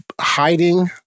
hiding